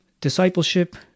discipleship